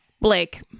Blake